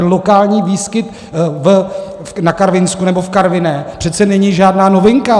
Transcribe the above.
Lokální výskyt na Karvinsku nebo v Karviné přece není žádná novinka.